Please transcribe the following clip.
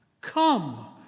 Come